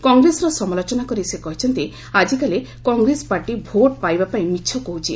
କଂଗ୍ରେସର ସମାଲୋଚନା କରି ସେ କହିଛନ୍ତି ଆଜିକାଲି କଂଗ୍ରେସ ପାର୍ଟି ଭୋଟ୍ ପାଇବାପାଇଁ ମିଛ କହୁଛି